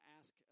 ask